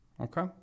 Okay